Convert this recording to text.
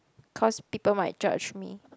cause people might judge me